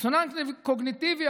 דיסוננס קוגניטיבי,